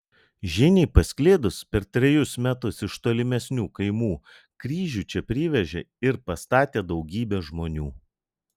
žiniai pasklidus per trejus metus iš tolimesnių kaimų kryžių čia privežė ir pastatė daugybė žmonių